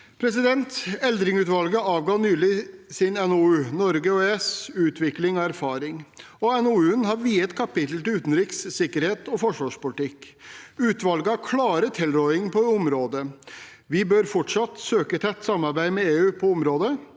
tydelig. Eldring-utvalget avga nylig sin NOU, Norge og EØS: Utvikling og erfaringer. NOU-en har viet et kapittel til utenriks-, sikkerhets- og forsvarspolitikk. Utvalget har klare tilrådinger på området. Vi bør fortsatt søke tett samarbeid med EU på området.